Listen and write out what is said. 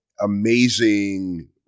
amazing